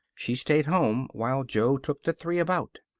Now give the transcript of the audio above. she stayed home while jo took the three about.